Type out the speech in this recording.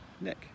Nick